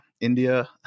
India